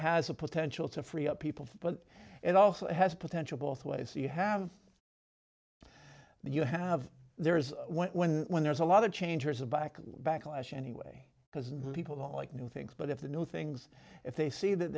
has a potential to free up people but it also has potential both ways you have you have there is when when there's a lot of change there's a black backlash anyway because people don't like new things but if the new things if they see that